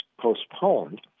postponed